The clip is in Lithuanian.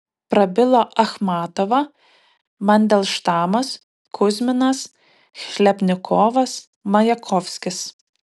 prabilo achmatova mandelštamas kuzminas chlebnikovas majakovskis